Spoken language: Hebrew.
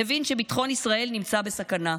הבין שביטחון ישראל נמצא בסכנה,